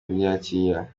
kubyakira